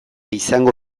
izango